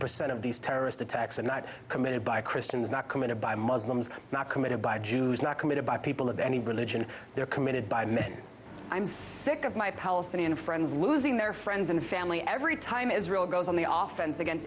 percent of these terrorist attacks and not committed by christians not committed by muslims not committed by jews not committed by people of any religion they are committed by men i'm sick of my palestinian friends losing their friends and family every time israel goes on the off chance against